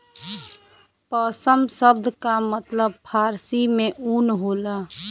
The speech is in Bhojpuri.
पसम सब्द का मतलब फारसी में ऊन होला